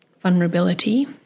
vulnerability